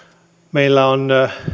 meillä on